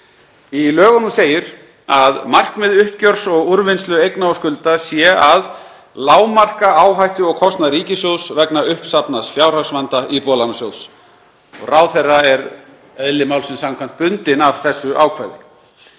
Í lögunum segir að markmið uppgjörs og úrvinnslu eigna og skulda sé að lágmarka áhættu og kostnað ríkissjóðs vegna uppsafnaðs fjárhagsvanda Íbúðalánasjóðs. Ráðherra er eðli málsins samkvæmt bundinn af þessu ákvæði.